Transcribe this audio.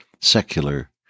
secular